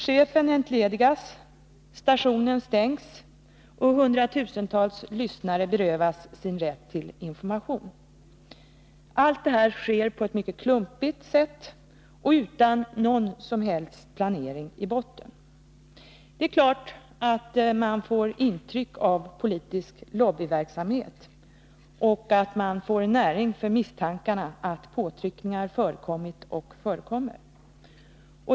Chefen entledigas, stationen stängs och hundratusentals lyssnare berövas sin rätt till information. Allt sker på ett mycket klumpigt sätt och utan någon som helst planering i botten. Det är klart att man får intryck av politisk lobbyverksamhet, och att man får näring åt misstankarna att påtryckningar förekommit och förekommer.